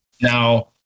now